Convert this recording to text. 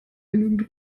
genügend